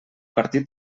partit